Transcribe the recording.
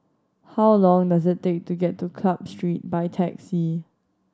how long does it take to get to Club Street by taxi